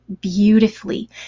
beautifully